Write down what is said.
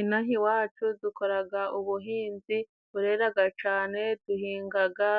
Inaha iwacu dukoraga ubuhinzi bureraga cane duhingaga